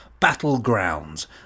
Battlegrounds